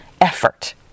effort